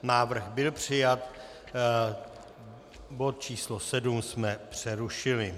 Návrh byl přijat, bod číslo 7 jsme přerušili.